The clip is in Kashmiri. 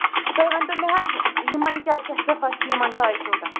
تُہۍ ؤنۍتو مےٚ حظ یِمَن کیٛاہ کیٛاہ صِفت چھُ یِمَن ڈرٛاے فرٛوٗٹَن